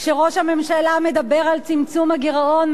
כשראש הממשלה מדבר על צמצום הגירעון,